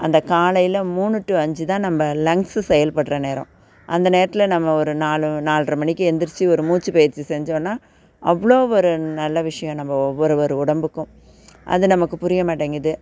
அந்த காலையில் மூணு டூ அஞ்சு தான் நம்ம லங்ஸு செயல்படுகிற நேரம் அந்த நேரத்தில் நம்ம ஒரு நாலு நால்ரை மணிக்கு எழுந்திரிச்சு ஒரு மூச்சு பயிற்சி செஞ்சோம்னால் அவ்வளோ ஒரு நல்ல விஷயம் நம்ம ஒவ்வொருவர் உடம்புக்கும் அது நமக்கு புரிய மாட்டேங்குது